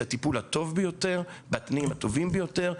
הטיפול הטוב ביותר בתנאים הטובים ביותר,